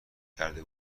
کرده